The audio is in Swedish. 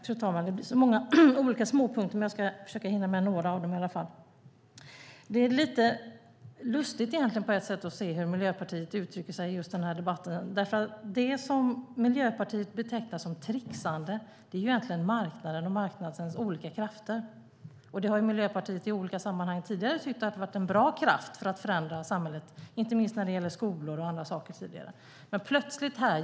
Fru talman! Det var många olika småpunkter, men jag ska i alla fall försöka hinna med några av dem. Det är egentligen lite lustigt att se hur Miljöpartiet uttrycker sig i den här debatten. Det Miljöpartiet betecknar som tricksande är egentligen marknaden och marknadens olika krafter. Miljöpartiet har i olika sammanhang tidigare tyckt att det har varit en bra kraft för att förändra samhället, inte minst när det gäller skolor och annat.